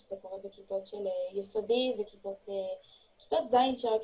זה קורה בכיתות של יסודי וכיתות ז' שרק